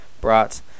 Brats